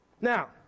Now